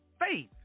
faith